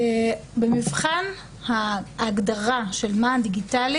שוב, במבחן ההגדרה של מען דיגיטלי